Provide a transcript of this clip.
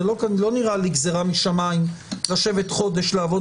זה לא נראה לי גזרה משמים לשבת חודש לעבוד